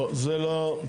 לא, זה לא.